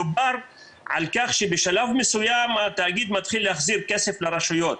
דובר על כך שבשלב מסוים התאגיד מתחיל להחזיר כסף לרשויות.